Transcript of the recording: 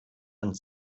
und